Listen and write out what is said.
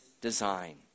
design